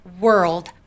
world